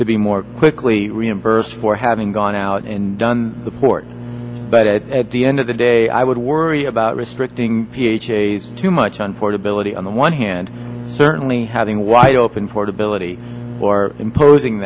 to be more quickly reimbursed for having gone out and done the port but at the end of the day i would worry about restricting ph a too much on portability on the one hand certainly having wide open for debility or imposing